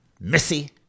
missy